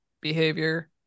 behavior